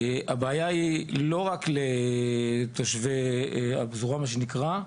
הבעיה היא לא רק לתושבי הפזורה מה שנקרא,